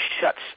shuts